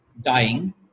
dying